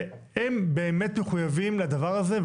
והם באמת מחויבים לדבר הזה.